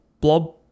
blob